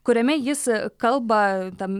kuriame jis kalba tam